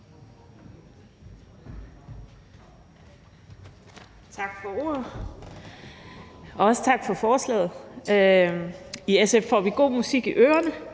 Tak for ordet. Også tak for forslaget. For SF er det sød musik i ørerne,